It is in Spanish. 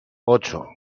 ocho